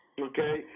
Okay